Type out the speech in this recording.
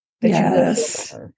Yes